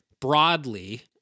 broadly